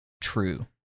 true